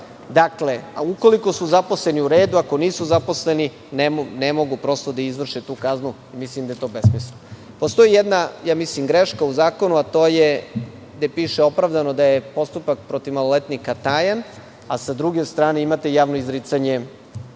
Dakle, ukoliko su zaposleni u redu, ako nisu zaposleni ne mogu, prosto da izvrše tu kaznu, mislim da je to besmisleno. Postoji jedna, mislim greška u zakonu, a to je gde piše opravdano da je postupak protiv maloletnika tajan, a sa druge strane imate javno izricanje